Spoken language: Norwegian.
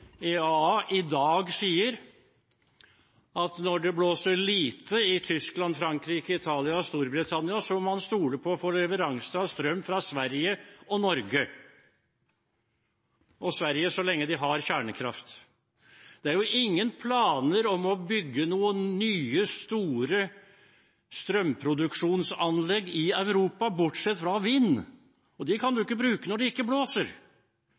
dag sier, er at når det blåser lite i Tyskland, Frankrike, Italia og Storbritannia, må man stole på å få leveranse av strøm fra Sverige og Norge – fra Sverige så lenge de har kjernekraft. Det er ingen planer om å bygge nye, store strømproduksjonsanlegg i Europa, bortsett fra for vind, men de kan man ikke bruke når det ikke blåser.